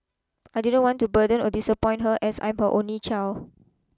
I didn't want to burden or disappoint her as I'm her only child